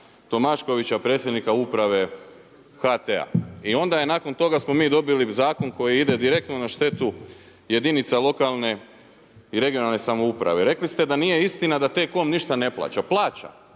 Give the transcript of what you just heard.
Tomaškovića, Predsjednika Uprave HT-a. I onda nakon toga smo dobili zakon koji ide direktno na štetu jedinica lokalne i regionalne samouprave. Rekli ste da nije istina da T-COM ništa ne plaća. Plaća,